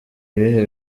ibihe